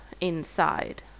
inside